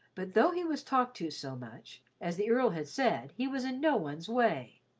but though he was talked to so much, as the earl had said, he was in no one's way.